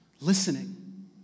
Listening